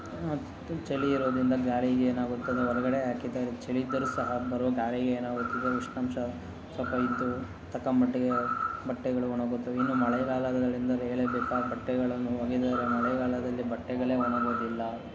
ಮತ್ತು ಚಳಿ ಇರೋದರಿಂದ ಗಾಳಿಗೆ ಏನಾಗುತ್ತದೋ ಹೊರ್ಗಡೆ ಹಾಕಿದರೂ ಚಳಿ ಇದ್ದರೂ ಸಹ ಬರೋ ಗಾಳಿಗೆ ಏನಾಗುತ್ತದೆ ಉಷ್ಣಾಂಶ ಸ್ವಲ್ಪ ಇದ್ದು ತಕ್ಕ ಮಟ್ಟಿಗೆ ಬಟ್ಟೆಗಳು ಒಣಗುತ್ತವೆ ಇನ್ನು ಮಳೆಗಾಲಗಳೆಂದರೆ ಹೇಳಲೇಬೇಕಾ ಬಟ್ಟೆಗಳನ್ನು ಒಗೆದರೆ ಮಳೆಗಾಲದಲ್ಲಿ ಬಟ್ಟೆಗಳೇ ಒಣಗೋದಿಲ್ಲ